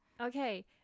Okay